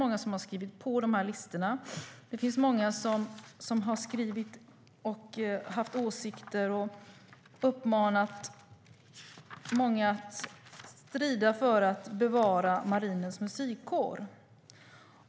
Många har skrivit på listorna, och många har skrivit brev med åsikter och uppmaningar att strida för att bevara Marinens Musikkår.